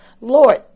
Lord